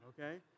okay